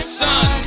son